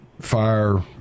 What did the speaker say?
fire